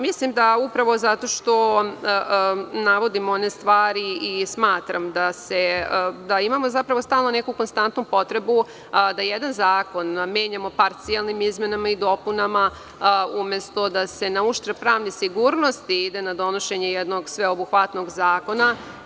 Mislim da zato što navodim one stvari i smatram da imamo konstantnu potrebu da jedan zakon menjamo parcijalnim izmenama i dopunama umesto da se na uštrb pravne sigurnosti ide na donošenje jednog sveobuhvatnog zakona.